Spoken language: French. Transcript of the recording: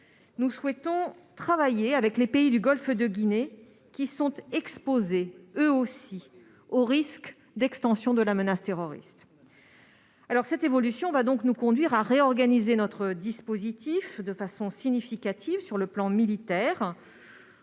nous souhaitons travailler avec les pays du golfe de Guinée, qui sont exposés, eux aussi, au risque d'extension de la menace terroriste. Cette évolution nous conduira à réorganiser notre dispositif de façon significative sur le plan militaire,